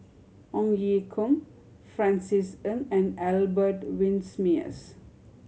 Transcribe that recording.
Ong Ye Kung Francis Ng and Albert Winsemius